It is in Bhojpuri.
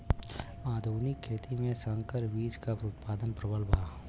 आधुनिक खेती में संकर बीज क उतपादन प्रबल बा